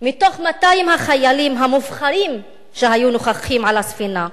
מתוך 200 החיילים המובחרים שהיו נוכחים על הספינה,